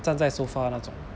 站在 sofa 那种